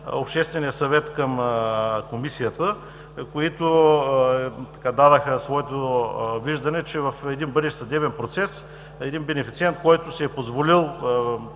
Обществения съвет към Комисията, които дадоха своето виждане, че в един бъдещ съдебен процес един бенефициент, който си е позволил